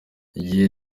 gihe